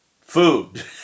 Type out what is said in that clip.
Food